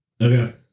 Okay